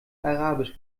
arabisch